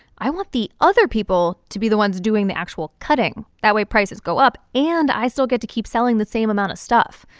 i want the other people to be the ones doing the actual cutting, that way prices go up and i still get to keep selling the same amount of stuff,